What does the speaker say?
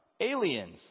aliens